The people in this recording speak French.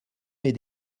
mes